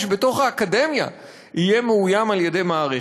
בתוך האקדמיה יהיה מאוים על-ידי מערכת.